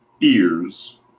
Ears